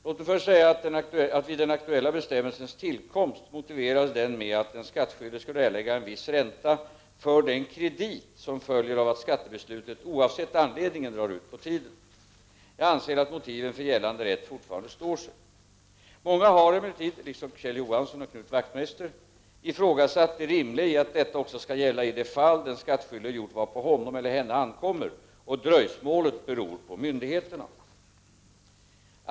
Låt mig först säga att vid den aktuella bestämmelsens tillkomst motiverades denna med att den skattskyldige skulle erlägga en viss ränta för den kredit som följer av att skattebeslutet — oavsett anledningen — drar ut på tiden. Jag anser att motiven för gällande rätt fortfarande står sig. Många har emellertid — liksom Kjell Johansson och Knut Wachtmeister — ifrågasatt det rimliga i att detta också skall gälla i de fall den skattskyldige gjort vad på honom eller henne ankommer och dröjsmålet beror på myndigheterna.